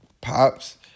Pops